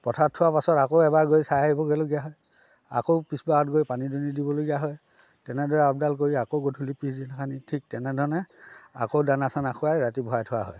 পথাৰত থোৱাৰ পাছত আকৌ এবাৰ গৈ চাই আহিবগৈলগীয়া হয় আকৌ পিছ বাৰত গৈ পানী দুনি দিবলগীয়া হয় তেনেদৰে আপডাল কৰি আকৌ গধূলি পিছদিনাখনি ঠিক তেনেধৰণে আকৌ দানা চানা খোৱাই ৰাতি ভৰাই থোৱা হয়